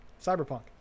Cyberpunk